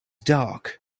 dark